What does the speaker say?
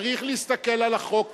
צריך להסתכל על החוק כחוק,